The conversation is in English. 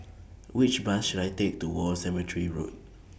Which Bus should I Take to War Cemetery Road